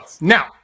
Now